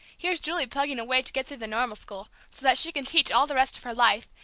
here's julie plugging away to get through the normal school, so that she can teach all the rest of her life,